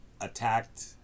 attacked